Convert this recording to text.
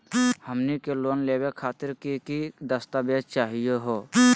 हमनी के लोन लेवे खातीर की की दस्तावेज चाहीयो हो?